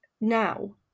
now